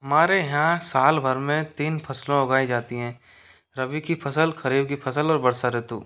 हमारे यहाँ साल भर में तीन फ़सलें उगाई जाती हैं रबी की फ़सल खरीफ की फ़सल और वर्षा ऋतु